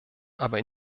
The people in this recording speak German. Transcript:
aber